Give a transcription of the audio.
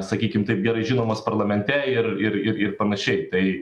sakykim taip gerai žinomas parlamente ir ir ir ir panašiai tai